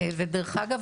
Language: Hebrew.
ודרך אגב,